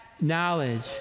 knowledge